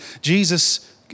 Jesus